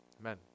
Amen